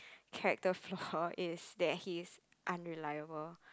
character flaw is that he is unreliable